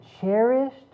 cherished